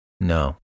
No